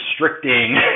restricting